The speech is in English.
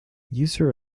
user